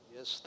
Yes